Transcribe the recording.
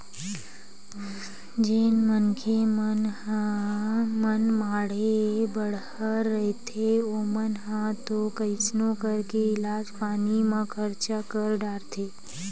जेन मनखे मन ह मनमाड़े बड़हर रहिथे ओमन ह तो कइसनो करके इलाज पानी म खरचा कर डारथे